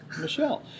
Michelle